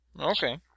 Okay